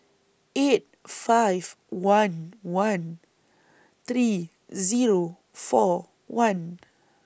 eight five one one three Zero four one